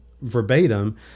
verbatim